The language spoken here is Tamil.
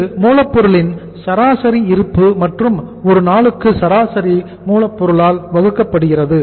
இது மூலப்பொருளின் சராசரி இருப்பு மற்றும் ஒரு நாளுக்கு சராசரி மூலப்பொருளால் வகுக்கப்படுகிறது